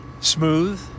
Smooth